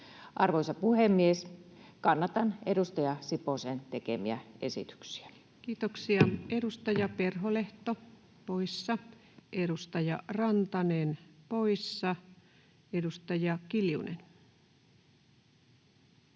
Arvoisa puhemies! Kannatan edustaja Siposen tekemiä esityksiä. Kiitoksia. — Edustaja Perholehto poissa, edustaja Rantanen poissa. — Edustaja Kiljunen.